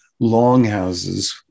longhouses